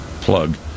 plug